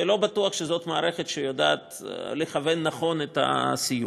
ולא בטוח שזאת מערכת שיודעת לכוון נכון את הסיוע.